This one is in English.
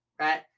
right